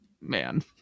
man